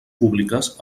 públiques